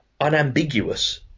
unambiguous